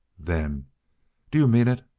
then do you mean it?